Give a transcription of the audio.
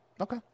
Okay